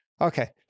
Okay